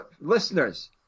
listeners